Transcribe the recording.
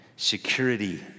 Security